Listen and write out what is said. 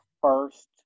first